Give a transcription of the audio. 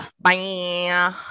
Bye